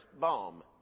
bomb